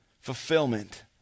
fulfillment